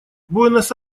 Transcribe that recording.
буэнос